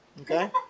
Okay